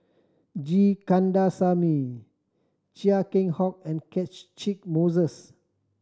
G Kandasamy Chia Keng Hock and Catchick Moses